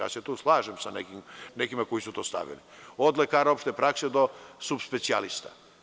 Ja se tu slažem sa nekima koji su to stavili, od lekara opšte prakse do subspecijalista.